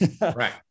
right